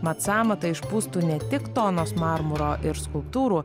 mat sąmatą išpūstų ne tik tonos marmuro ir skulptūrų